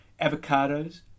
avocados